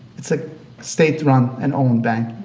it's a state-run and owned bank.